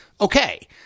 Okay